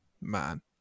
Man